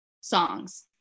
songs